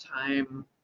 time